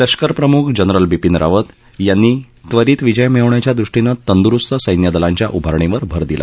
लष्करप्रमुख जनरल बिपिन रावत यांनी त्वरित विजय मिळवण्याच्या हष्टीनं तंदुरुस्त सैन्यदलांच्या उभारणीवर भर दिला